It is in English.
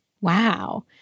wow